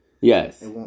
Yes